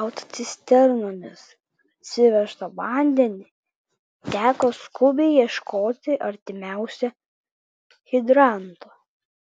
autocisternomis atsivežtą vandenį teko skubiai ieškoti artimiausio hidranto